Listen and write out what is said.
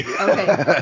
Okay